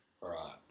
Right